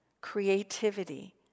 creativity